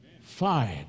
fired